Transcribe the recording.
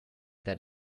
that